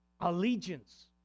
allegiance